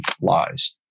lies